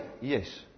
Yes